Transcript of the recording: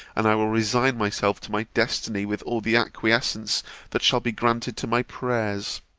and i will resign myself to my destiny with all the acquiescence that shall be granted to my prayers.